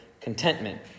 contentment